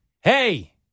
hey